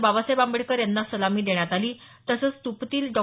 बाबासाहेब आंबेडकर यांना सलामी देण्यात आली तसंच स्त्पतील डॉ